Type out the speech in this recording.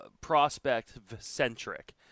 Prospect-centric